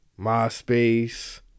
MySpace